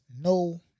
no